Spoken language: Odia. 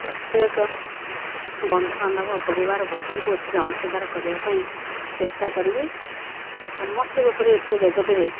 ପ୍ରତ୍ୟେକ ବନ୍ଧୁ ବାନ୍ଧବ ପରିବାର ବର୍ଗଙ୍କୁ ଏଥିରେ ଅଂଶିଦାର କରିବା ପାଇଁ ଚେଷ୍ଟା କରିବି ସମସ୍ତେ ଯେପରି ଏଥିରେ ଯୋଗ ଦେବେ